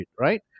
right